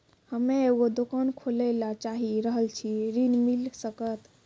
हम्मे एगो दुकान खोले ला चाही रहल छी ऋण मिल सकत?